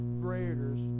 graders